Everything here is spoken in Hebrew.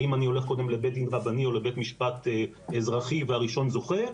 האם אני הולך קודם לבית דין רבני או לבית משפט אזרחי והראשון זוכה,